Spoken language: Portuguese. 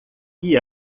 que